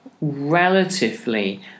relatively